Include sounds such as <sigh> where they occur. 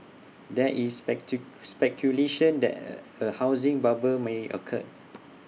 there is <unintelligible> speculation that A housing bubble may occur